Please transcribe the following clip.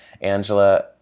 Angela